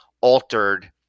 altered